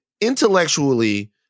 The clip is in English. intellectually